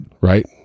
Right